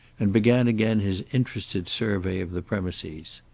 and began again his interested survey of the premises.